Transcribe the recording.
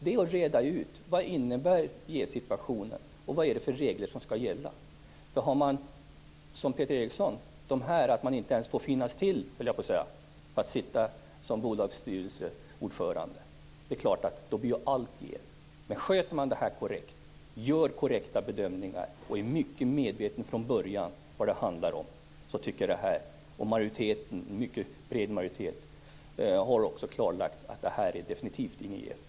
Det viktiga är ju att reda ut vad jävssituationer innebär och vad det är för regler som skall gälla. Om man, som Peter Eriksson, anser att man inte ens får finnas till och sitta som styrelseordförande i ett bolag är det klart att allt blir jäv. Om man sköter detta korrekt, gör korrekta bedömningar och är mycket medveten om vad det handlar om från början tycker jag att detta definitivt inte innebär en jävssituation. Och det har ju en mycket bred majoritet också klarlagt.